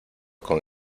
con